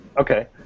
Okay